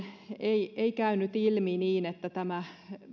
ei ei käynyt ilmi että tämä